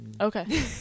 Okay